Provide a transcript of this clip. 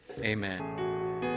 Amen